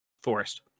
Forest